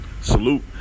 salute